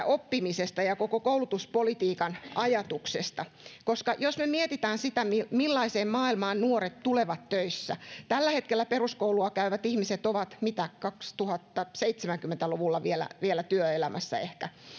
oppimisesta ja koko koulutuspolitiikan ajatuksesta jos me mietimme sitä millaiseen maailmaan nuoret tulevat töissä tällä hetkellä peruskoulua käyvät ihmiset ovat vielä ehkä kaksituhattaseitsemänkymmentä luvulla työelämässä